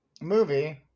movie